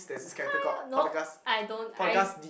fine nope I don't I